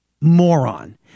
moron